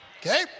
Okay